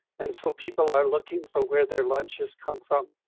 and so people are looking for where their lunches come from.